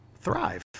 thrive